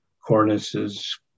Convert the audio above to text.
cornices